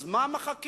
אז מה מחכים?